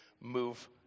move